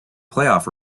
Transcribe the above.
playoff